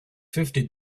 fifty